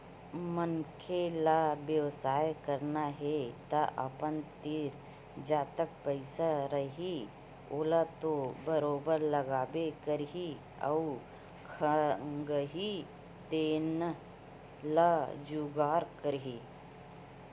मनखे ल बेवसाय करना हे तअपन तीर जतका पइसा रइही ओला तो बरोबर लगाबे करही अउ खंगही तेन ल जुगाड़ करही